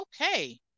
Okay